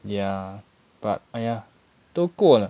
ya but !aiya! 都过了